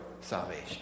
salvation